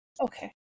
Okay